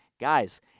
guys